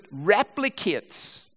replicates